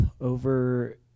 over